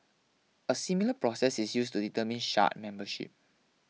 a similar processes is used to determine shard membership